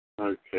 Okay